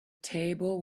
table